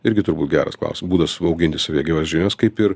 irgi turbūt geras klaus būdas augint į save geras žinias kaip ir